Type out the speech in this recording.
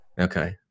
Okay